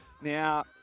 Now